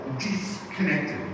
disconnected